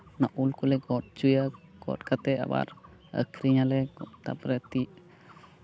ᱚᱱᱟ ᱩᱞ ᱠᱚᱞᱮ ᱜᱚᱫ ᱦᱚᱪᱚᱭᱟ ᱜᱚᱫ ᱠᱟᱛᱮᱫ ᱟᱵᱟᱨ ᱟᱹᱠᱷᱨᱤᱧᱟᱞᱮ ᱛᱟᱨᱯᱚᱨᱮ